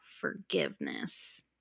forgiveness